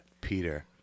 Peter